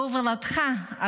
בהובלתך,